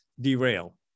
derail